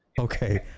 Okay